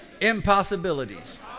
impossibilities